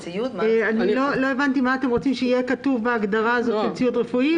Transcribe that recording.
לא הבנתי מה אתם רוצים שיהיה כתוב בהגדרה "ציוד רפואי".